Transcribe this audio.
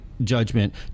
judgment